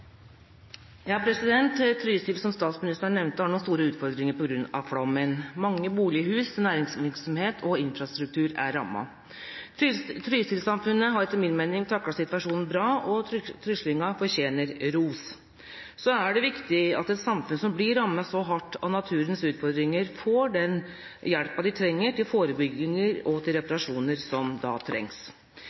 Trysil, som statsministeren nevnte, har nå store utfordringer på grunn av flommen. Mange bolighus, næringsvirksomhet og infrastruktur er rammet. Trysilsamfunnet har etter min mening taklet situasjonen bra, og tryslingene fortjener ros. Så er det viktig at et samfunn som blir rammet så hardt av naturens utfordringer, får den hjelpa de trenger til forebygging og reparasjoner.